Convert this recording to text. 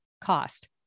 cost